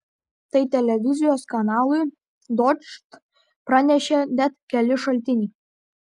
tai televizijos kanalui dožd pranešė net keli šaltiniai